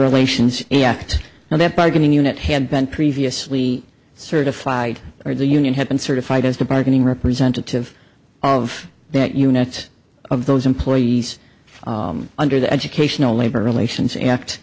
relations act and that bargaining unit had been previously certified or the union had been certified as the bargaining representative of that unit of those employees under the educational labor relations act